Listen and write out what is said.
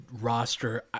roster